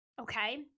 okay